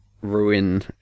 ruin